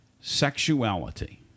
sexuality